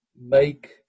make